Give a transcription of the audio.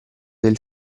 del